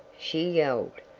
she yelled,